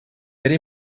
era